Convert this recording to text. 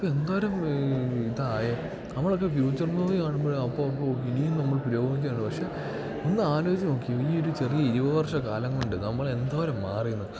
ഇപ്പം എന്തോരം ഇതാ ആയെ നമ്മളൊക്കെ ഫീച്ചർ മൂവി കാണുമ്പഴാ അപ്പോൾ അപ്പോൾ ഇനിയും നമ്മൾ പുരോഗമിക്കാനുണ്ട് പക്ഷേ ഒന്ന് ആലോചിച്ച് നോക്കിയേ ഈ ഒരു ചെറിയ ഇരുപത് വർഷക്കാലം കൊണ്ട് നമ്മളെന്തോരം മാറി എന്ന്